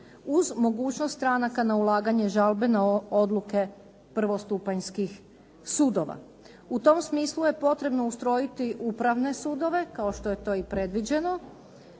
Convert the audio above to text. uz mogućnost stranaka na ulaganje žalbe na odluke prvostupanjskih sudova. U tom smislu je potrebno ustrojiti upravne sudove kao što je to i predviđeno